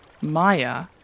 Maya